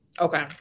Okay